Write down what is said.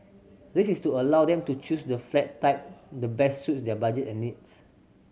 this is to allow them to choose the flat type the best suits their budget and needs